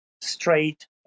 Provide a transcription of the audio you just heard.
straight